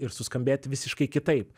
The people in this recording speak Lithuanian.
ir suskambėt visiškai kitaip